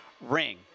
ring